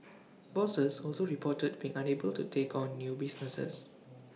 bosses also reported being unable to take on new business